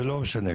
ולא משנה,